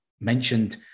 mentioned